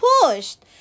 pushed